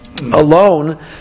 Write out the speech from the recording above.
alone